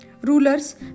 Rulers